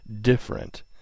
different